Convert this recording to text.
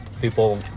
people